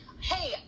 hey